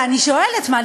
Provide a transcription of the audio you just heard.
ואני שואלת: מה,